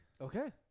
Okay